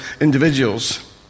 individuals